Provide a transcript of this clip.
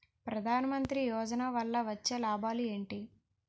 ప్రధాన మంత్రి యోజన వల్ల వచ్చే లాభాలు ఎంటి?